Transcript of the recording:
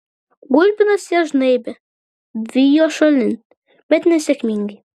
gulbinas ją žnaibė vijo šalin bet nesėkmingai